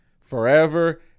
Forever